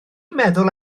meddwl